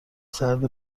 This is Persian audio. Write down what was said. سرد